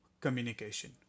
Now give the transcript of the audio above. communication